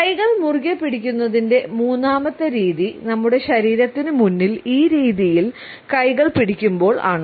കൈകൾ മുറുകെപ്പിടിക്കുന്നതിന്റെ മൂന്നാമത്തെ രീതി നമ്മുടെ ശരീരത്തിന് മുന്നിൽ ഈ രീതിയിൽ കൈകൾ പിടിക്കുമ്പോൾ ആണ്